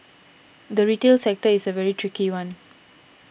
the retail sector is a very tricky one